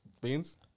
Beans